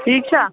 ٹھیٖک چھا